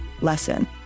lesson